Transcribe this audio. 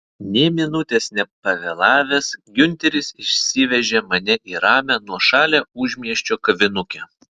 nė minutės nepavėlavęs giunteris išsivežė mane į ramią nuošalią užmiesčio kavinukę